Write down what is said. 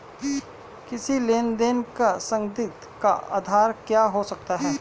किसी लेन देन का संदिग्ध का आधार क्या हो सकता है?